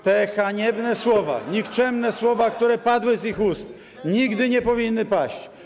Te haniebne słowa, nikczemne słowa, które padły z ich ust, nigdy nie powinny paść.